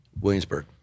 Williamsburg